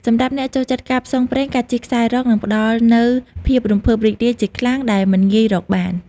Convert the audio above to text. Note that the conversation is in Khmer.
សម្រាប់អ្នកចូលចិត្តការផ្សងព្រេង ការជិះខ្សែរ៉កនឹងផ្ដល់នូវភាពរំភើបរីករាយជាខ្លាំងដែលមិនងាយរកបាន។